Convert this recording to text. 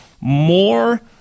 more